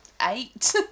eight